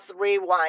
Rewind